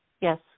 Yes